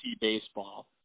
baseball